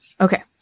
Okay